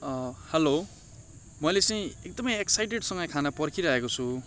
hello मैले चाहिँ एकदमै एक्साइटेडसँग खाना पर्खिरहेको छु